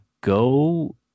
go